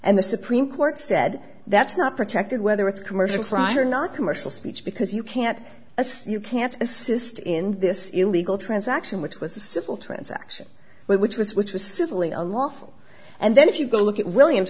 and the supreme court said that's not protected whether it's commercial side or not commercial speech because you can't as you can't assist in this illegal transaction which was a simple transaction which was which was simply a lawful and then if you go look at williams